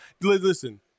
Listen